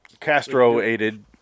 Castro-aided